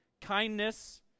kindness